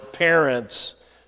parents